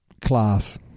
Class